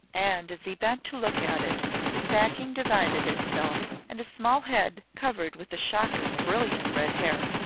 and as he bent to look at it the sacking divided itself, and a small head, covered with a shock of brilliant red hair,